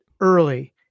early